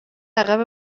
عقب